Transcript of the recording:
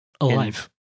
alive